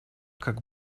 как